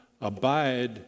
abide